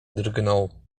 drgnął